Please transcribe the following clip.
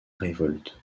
révolte